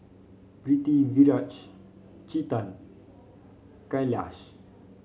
Pritiviraj Chetan Kailash